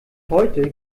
heute